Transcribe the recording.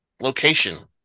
location